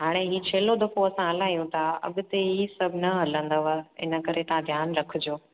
हाणे इहो छेलो दफो असां हलायूं था अॻिते इहा सभ न हलंदव इन करे तव्हां ध्यानु रखिजो